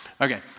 Okay